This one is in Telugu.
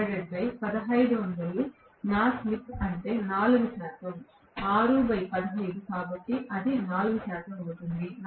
601500 నా స్లిప్ అంటే 4 శాతం 615 కాబట్టి అది 4 శాతం అవుతుంది